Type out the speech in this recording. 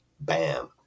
Bam